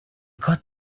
cut